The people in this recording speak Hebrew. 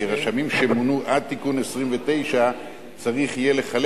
כי רשמים שמונו עד תיקון 29 צריך יהיה לחלק